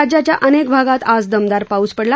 राज्याच्या अनेक भागात आज दमदार पाऊस पडला